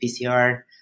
PCR